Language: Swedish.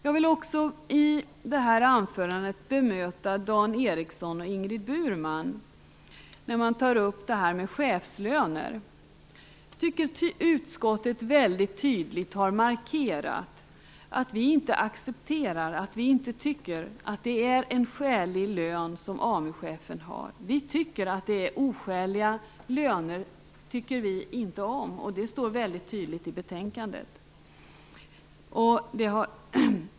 Jag vill också i det här anförandet bemöta Dan Ericsson och Ingrid Burman i fråga om det här med chefslöner. Jag tycker att utskottet väldigt tydligt har markerat att vi inte tycker att AMU-chefen har en skälig lön. Vi tycker inte om oskäliga löner, och det står väldigt tydligt i betänkandet.